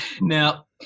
Now